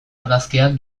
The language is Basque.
argazkiak